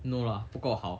no lah 不够好